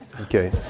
Okay